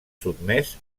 sotmès